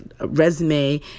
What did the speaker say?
resume